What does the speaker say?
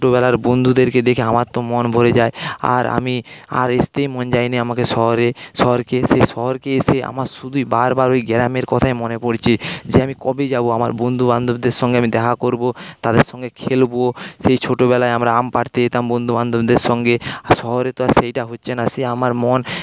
ছোটোবেলার বন্ধুদেরকে দেখে আমার তো মন ভরে যায় আর আমি আর আসতে মন চায়না আমি শহরে শহরকে এসে শহরকে এসে আমার শুধুই বারবার ওই গ্রামের কথাই মনে পড়ছে যে আমি কবে যাব আমার বন্ধুবান্ধবদের সঙ্গে আমি দেখা করব তাদের সঙ্গে খেলব সেই ছোটোবেলায় আমরা আম পাড়তে যেতাম বন্ধুবান্ধবদের সঙ্গে শহরে তো আর সেইটা হচ্ছে না সেই আমার মন